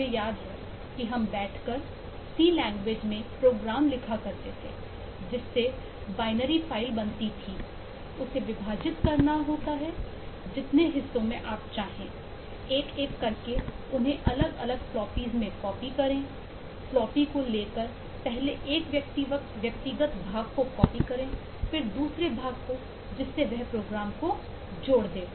मुझे याद है कि हम बैठकर सी को जोड़ देगा